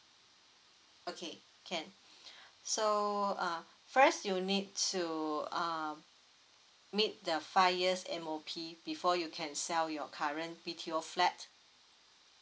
okay can so uh first you need to uh meet the five years M_O_P before you can sell your current B_T_O flat